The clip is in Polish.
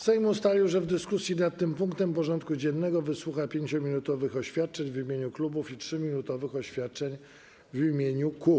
Sejm ustalił, że w dyskusji nad tym punktem porządku dziennego wysłucha 5-minutowych oświadczeń w imieniu klubów i 3-minutowych oświadczeń w imieniu kół.